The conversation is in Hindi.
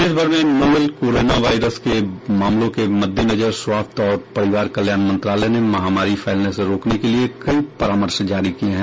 देशभर में नोवेल कोरोना के बढ़ते मामलों के मद्देनजर स्वास्थ्य और परिवार कल्याण मंत्रालय ने महामारी फैलने से रोकने के लिए कई परामर्श जारी किए हैं